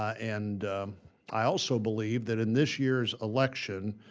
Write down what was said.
and i also believe that in this year's election,